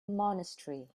monastery